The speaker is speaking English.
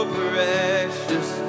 precious